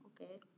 okay